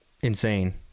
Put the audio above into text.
insane